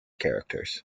characters